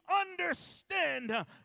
understand